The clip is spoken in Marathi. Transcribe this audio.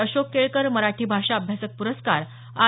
अशोक केळकर मराठी भाषा अभ्यासक पुरस्कार आर